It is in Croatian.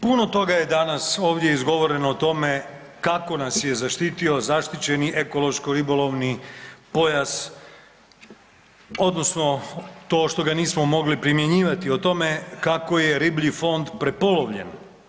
Puno toga je danas izgovoreno o tome kako nas je zaštitio zaštićeni ekološki ribolovni pojas odnosno to što ga nismo mogli primjenjivati o tome kako je riblji fond prepolovljen.